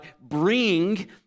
bring